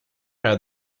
had